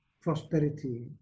prosperity